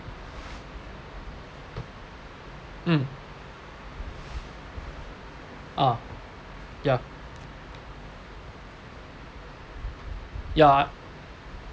mm ah ya ya